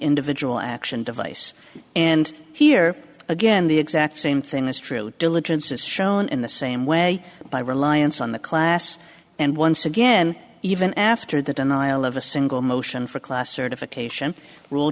individual action device and here again the exact same thing is true diligence is shown in the same way by reliance on the class and once again even after the denial of a single motion for class certification rule